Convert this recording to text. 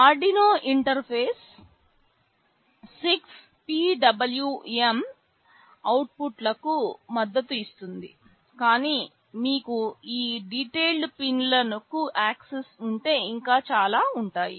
Arduino interface 6 PWM అవుట్పుట్లకు మద్దతు ఇస్తుంది కానీ మీకు ఈ డీటెయిల్డ్ పిన్లకు యాక్సెస్ ఉంటే ఇంకా చాలా ఉంటాయి